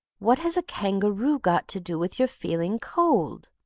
what has a kangaroo got to do with your feeling cold?